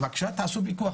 בבקשה, תעשו פיקוח.